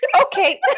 okay